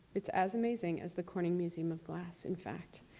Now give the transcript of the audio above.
it's as amazing as the corning museum of glass, in fact,